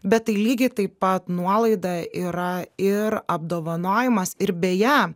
bet tai lygiai taip pat nuolaida yra ir apdovanojimas ir beje